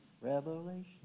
Revelation